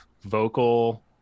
vocal